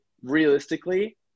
realistically